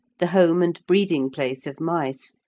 the home and breeding-place of mice,